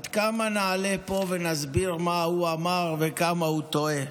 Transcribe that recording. עד כמה נעלה לפה ונסביר מה הוא אמר וכמה הוא טועה?